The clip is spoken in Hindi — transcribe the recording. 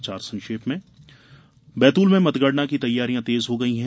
समाचार संक्षेप में बैतूल में मतगणना की तैयारियां तेज हो गई हैं